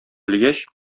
белгәч